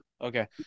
Okay